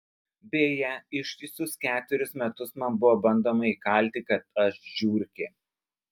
beje ištisus ketverius metus man buvo bandoma įkalti kad aš žiurkė